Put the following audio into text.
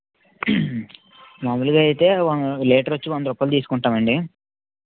మాములుగా అయితే లీటర్ వచ్చి వంద రూపాయలు తీసుకుంటాం అండి